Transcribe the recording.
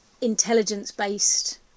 intelligence-based